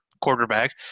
quarterback